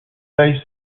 they